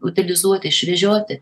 utilizuoti išvežioti